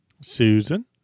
Susan